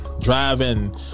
driving